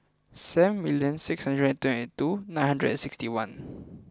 seven million six hundred and twenty two nine hundred and sixty one